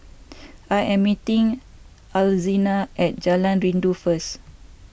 I am meeting Alzina at Jalan Rindu first